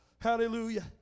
Hallelujah